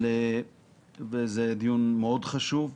זה דיון מאוד חשוב.